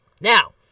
Now